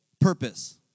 Purpose